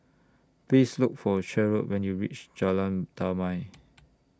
Please Look For Cheryle when YOU REACH Jalan Damai